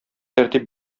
тәртип